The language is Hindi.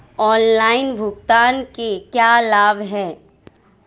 ऑनलाइन भुगतान के क्या लाभ हैं?